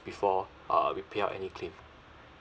before uh we pay out any claim